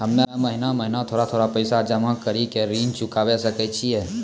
हम्मे महीना महीना थोड़ा थोड़ा पैसा जमा कड़ी के ऋण चुकाबै सकय छियै?